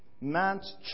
man's